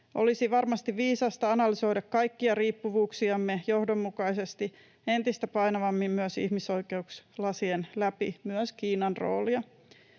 Olisi varmasti viisasta analysoida kaikkia riippuvuuksiamme johdonmukaisesti entistä painavammin myös ihmisoikeuslasien läpi, myös Kiinan roolia.